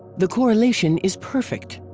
the correlation is perfect.